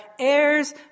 Heirs